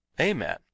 Amen